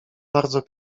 bardzo